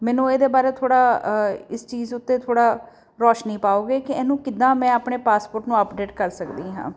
ਮੈਨੂੰ ਇਹਦੇ ਬਾਰੇ ਥੋੜ੍ਹਾ ਇਸ ਚੀਜ਼ ਉੱਤੇ ਥੋੜ੍ਹਾ ਰੌਸ਼ਨੀ ਪਾਓਗੇ ਕਿ ਇਹਨੂੰ ਕਿੱਦਾਂ ਮੈਂ ਆਪਣੇ ਪਾਸਪੋਰਟ ਨੂੰ ਅਪਡੇਟ ਕਰ ਸਕਦੀ ਹਾਂ